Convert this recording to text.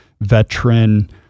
veteran